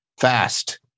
fast